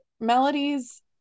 melodies